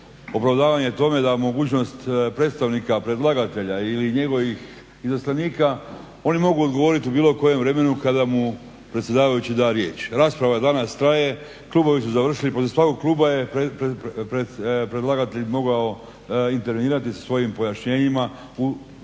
opravdanja tome da mogućnost predstavnika predlagatelja ili njegovih izaslanika oni mogu odgovoriti u bilo kojem vremenu kada mu predsjedavajući da riječ. Rasprava danas traje, klubovi su završili poslije svakog kluba predlagatelj je mogao intervenirati sa svojim pojašnjenjima u nivou